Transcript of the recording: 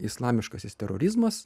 islamiškasis terorizmas